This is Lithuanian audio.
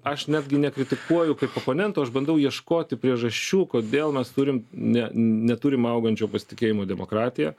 aš netgi nekritikuoju kaip oponento aš bandau ieškoti priežasčių kodėl mes turim ne neturim augančio pasitikėjimo demokratija